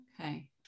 Okay